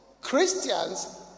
Christians